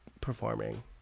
performing